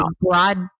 broad